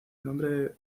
nombre